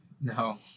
no